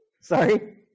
sorry